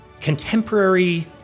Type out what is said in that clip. Contemporary